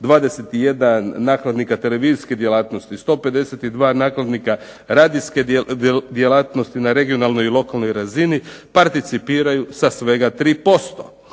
21 nakladnika televizijske djelatnosti, 152 nakladnika radijske djelatnosti na regionalnoj i lokalnoj razini participiraju sa svega 3%.